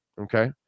Okay